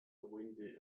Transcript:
windy